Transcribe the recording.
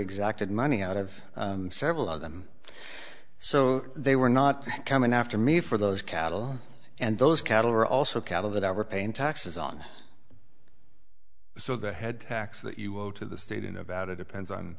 exacted money out of several of them so they were not coming after me for those cattle and those cattle were also cattle that i were paying taxes on so the head tax that you will to the state in about a depends on